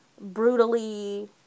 brutally